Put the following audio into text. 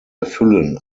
erfüllen